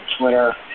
Twitter